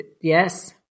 Yes